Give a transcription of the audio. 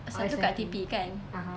satu kat T_P kan